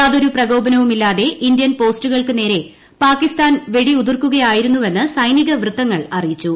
യാതൊരു പ്രകോപനവുമില്ലാതെ ഇന്ത്യൻ പോസ്റ്റുകൾക്ക് നേരെ പാകിസ്ഥാൻ വെടി ഉതിർക്കുകയായിരുന്നുവെന്ന് സൈനിക വൃത്തങ്ങൾ അറിയിച്ചു